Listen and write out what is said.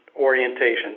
orientation